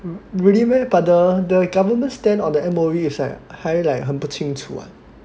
really meh but the the government stand on the M_O_E is like 还 like 很不清楚